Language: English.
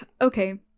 Okay